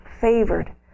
favored